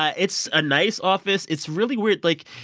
ah it's a nice office. it's really weird. like,